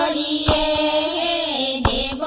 a day